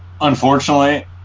Unfortunately